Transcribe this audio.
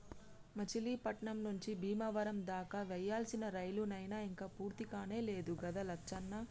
మచిలీపట్నం నుంచి బీమవరం దాకా వేయాల్సిన రైలు నైన ఇంక పూర్తికానే లేదు గదా లచ్చన్న